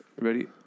Ready